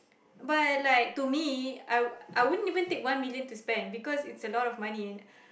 but like to me I I wouldn't even take one million to spend because it's a lot of money and